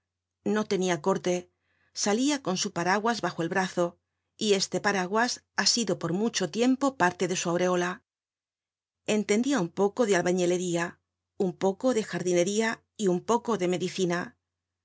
no tenia corte salia con su paraguas bajo el brazo y este paraguas ha sido por mucho tiempo parte de su aureola entendia un poco de albañilería un poco de jardinería y un poco de medicina